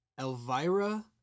Elvira